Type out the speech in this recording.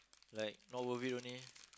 like not worth it only